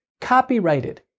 copyrighted